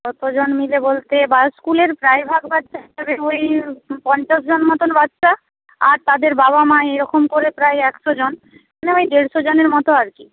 কতজন মিলে বলতে স্কুলের ড্রাইভার ওই পঞ্চাশজন মতন বাচ্চা আর তাদের বাবা মা এইরকম করে প্রায় একশোজন মানে ওই দেড়শো জনের মতো আর কি